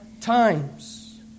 times